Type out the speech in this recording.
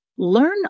Learn